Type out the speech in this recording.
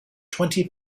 twenty